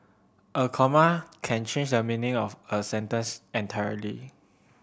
a comma can change the meaning of a sentence entirely